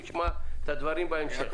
נשמע את הדברים בהמשך.